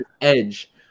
Edge